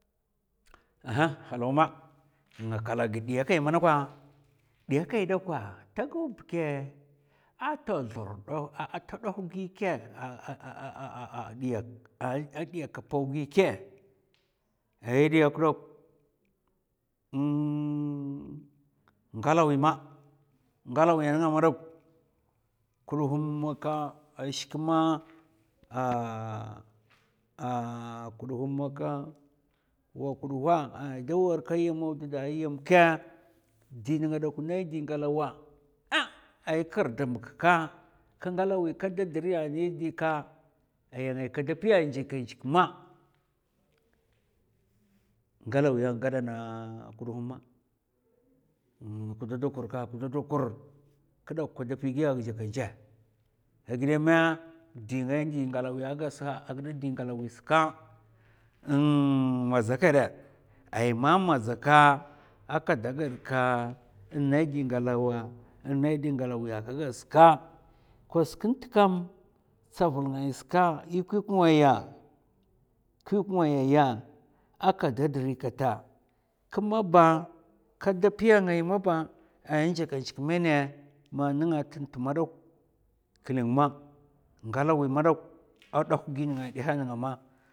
Aha, halwa ma nga kala ghid diyakai manakwa. Diyakai dakwa ta gaw bikɓ? A ta thur nduh ta nduh gi kè? a diyak. A diyak a pau gi kè ai diyak dauk ngalawi ma ngalawai nènga ma dauk kudhum maka a shik ma a kudhum maka wa kudhum a da warkai yama awudda a yam kè di nènga dauk nara di ngalawa èhh ai kir dumgka ka ngalawi kada dirya ni di ka aya ngai kada piya nzzèkènèk ma ngalawi a ngada na kudhum ma kthokokur ka kthokokur kdauk kada pi giya nzèkènzèk a ghidèmè di ngay di ngalawi a ghad sa a ghidè di ngalawi ska madza kèdè, ai ma madza kè a kada ghad ka in nai di ngalawa in nai di ngalawi ka ghad ska kos kint kam tsavul ngay ska i kwèk ngaya kwèk ngaya ya aka da dri kata kmabba kada piya ngai maba a nzèkènzèk mènɓ ma nga tanta maduk klèng ma ngalawi madauk a nduh gi nga ndèhè nènga ma,